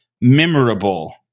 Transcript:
memorable